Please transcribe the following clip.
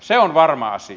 se on varma asia